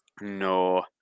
No